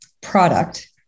product